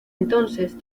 entonces